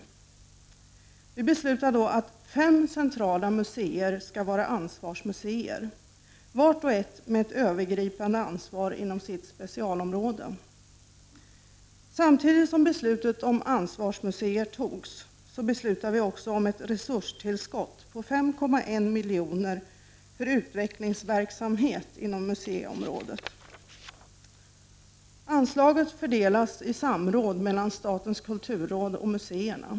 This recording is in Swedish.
Vi beslutade då att fem centrala museer skall vara ansvarsmuseer, vart och ett med övergripande ansvar inom sitt specialområde. Samtidigt som beslutet om ansvarsmuseer togs, beslutades också om ett resurstillskott på 5,1 miljoner för utvecklingsverksamhet inom museiområdet. Anslaget fördelas i samråd mellan statens kulturråd och museerna.